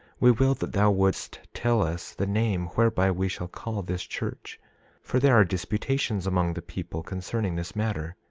we will that thou wouldst tell us the name whereby we shall call this church for there are disputations among the people concerning this matter.